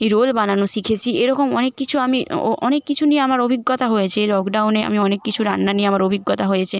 role বানানো শিখেছি এরকম অনেক কিছু আমি ও অনেক কিছু নিয়ে আমার অভিজ্ঞতা হয়েছে এই লকডাউনে আমি অনেক কিছু রান্না নিয়ে আমার অভিজ্ঞতা হয়েছে